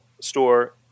store